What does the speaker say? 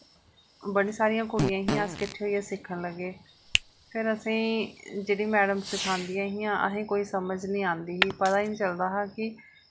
बड़ी सारियां कुड़ियां हियां अस किट्ठे होइयै सिक्खन लगे फिर असें ई जेह्ड़ी मैडम सीखांदियां हियां असें कोई समझ नि औंदी ही पता ही निं चलदा हा कि